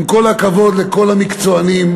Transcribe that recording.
עם כל הכבוד לכל המקצוענים,